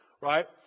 right